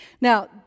Now